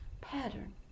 pattern